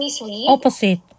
Opposite